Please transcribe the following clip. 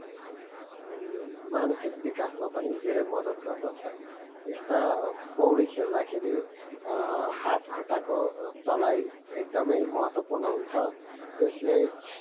मानसिक विकासमा पनि धेरै मद्दत गर्दछ यस्ता पौडी खेल्दाखेरि हात खुट्टाको चलाइ एकदमै महत्त्वपूर्ण हुन्छ यसले